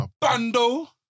Bando